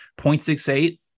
0.68